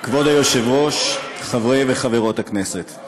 כבוד היושב-ראש, חברי וחברות הכנסת,